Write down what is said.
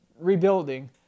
rebuilding